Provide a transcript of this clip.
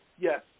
Yes